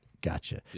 Gotcha